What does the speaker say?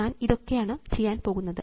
ഞാൻ ഇതൊക്കെയാണ് ചെയ്യാൻ പോകുന്നത്